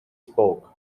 spoke